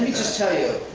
just tell you,